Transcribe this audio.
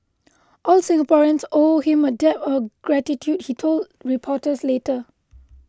all Singaporeans owe him a debt of gratitude he told reporters later